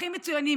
הכי מצוינים.